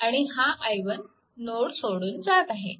आणि हा i1 node सोडून जात आहे